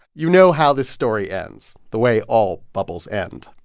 you know how this story ends the way all bubbles end.